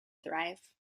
thrive